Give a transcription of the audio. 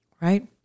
right